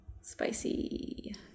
spicy